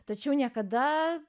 tačiau niekada